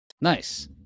Nice